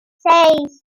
seis